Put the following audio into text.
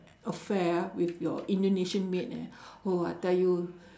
affair ah with your indonesian maid ah oh I tell you